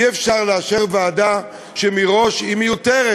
אי-אפשר לאשר ועדה שמראש היא מיותרת,